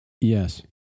Yes